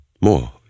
more